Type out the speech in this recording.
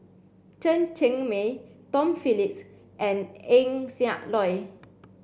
Chen Cheng Mei Tom Phillips and Eng Siak Loy